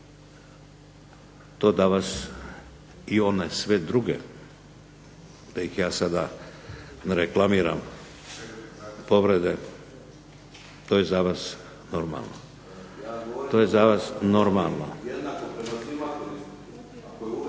do da vas da one sve druge, da ih ja sada ne reklamiram povrede to je za vas normalno. To je za vas normalno.